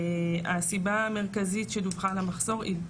הסיבה המרכזית שדווחה על המחסור היא,